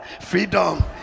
Freedom